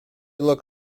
look